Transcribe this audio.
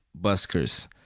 buskers